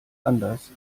anders